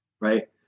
Right